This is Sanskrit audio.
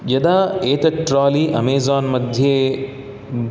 यदा एतत् ट्रोलि अमेज़ान् मध्ये